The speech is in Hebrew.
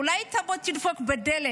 אולי היא תבוא ותדפוק בדלת.